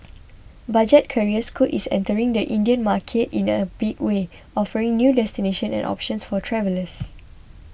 budget carrier Scoot is entering the Indian market in a big way offering new destinations and options for travellers